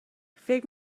فکر